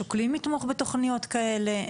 שוקלים לתמוך בתכניות כאלה?